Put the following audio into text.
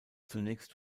zunächst